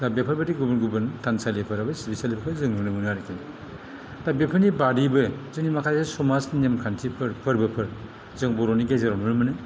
दा बेफोरबायदि गुबुन गुबुन थानसालिफोरबो सिबिसालिफोराबो जों नुनो मोनो आरो कि दा बेफोरनि बादैबो जोंनि माखासे समाज नेमखान्थिफोर फोरबोफोर जों बर'नि गेजेरावनो माने